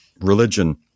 religion